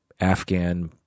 Afghan